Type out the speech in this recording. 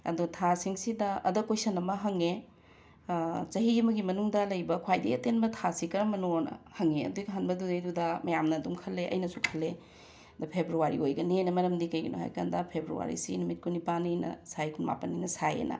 ꯑꯗꯨ ꯊꯥꯁꯤꯡꯁꯤꯗ ꯑꯗ ꯀꯣꯏꯁꯟ ꯑꯃ ꯍꯪꯉꯦ ꯆꯍꯤ ꯑꯃꯒꯤ ꯃꯅꯨꯡꯗ ꯂꯩꯕ ꯈ꯭ꯋꯥꯏꯗꯒꯤ ꯑꯇꯦꯟꯕ ꯊꯥꯁꯤ ꯀꯔꯝꯕꯅꯣꯅ ꯍꯪꯉꯦ ꯑꯗꯨꯒꯤ ꯍꯪꯕꯗꯨꯗꯩꯗꯨꯗ ꯃꯌꯥꯝꯅ ꯑꯗꯨꯝ ꯈꯜꯂꯦ ꯑꯩꯅꯁꯨ ꯈꯜꯂꯦ ꯑꯗ ꯐꯦꯕ꯭ꯔꯨꯋꯥꯔꯤ ꯑꯣꯏꯒꯅꯦꯅ ꯃꯔꯝꯗꯤ ꯀꯩꯒꯤꯅꯣ ꯍꯥꯏꯕꯀꯥꯟꯗ ꯐꯦꯕ꯭ꯔꯨꯋꯥꯔꯤꯁꯤ ꯅꯨꯃꯤꯠ ꯀꯨꯟꯅꯤꯄꯥꯟꯅꯤꯅ ꯁꯥꯏ ꯀꯨꯟꯃꯥꯄꯟꯅꯤꯅ ꯁꯥꯏꯌꯦꯅ